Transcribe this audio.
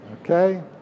okay